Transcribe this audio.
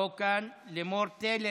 לא כאן, לימור תלם,